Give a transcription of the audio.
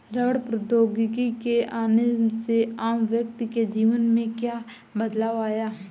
रबड़ प्रौद्योगिकी के आने से आम व्यक्ति के जीवन में क्या बदलाव आया?